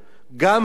גם הארמנים